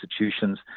institutions